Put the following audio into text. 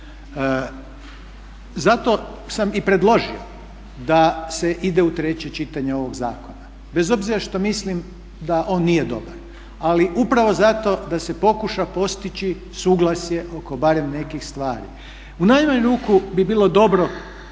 Zato sam i predložio da se ide u treće čitanje ovog zakona, bez obzira što mislim da on nije dobar, ali upravo zato da se pokuša postići suglasje oko barem nekih stvari. U najmanju ruku bi bilo dobro,